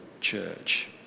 church